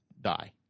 die